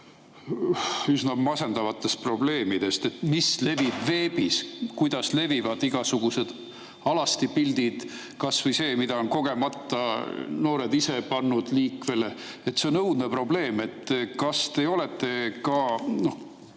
üsna masendavatest probleemidest, et mis levib veebis, kuidas levivad igasugused alastipildid, kasvõi need, mille on kogemata noored ise pannud liikvele. See on õudne probleem. Kas te olete